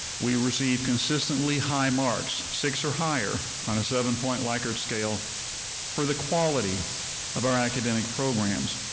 we receive consistently high marks six or higher on a seven point likert scale for the quality of our academic programs.